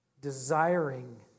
desiring